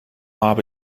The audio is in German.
habe